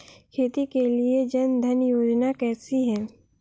खेती के लिए जन धन योजना कैसी है?